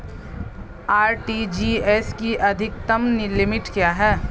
RTGS की अधिकतम limit क्या है?